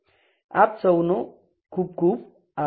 આપસૌનો ખુબ ખુબ આભાર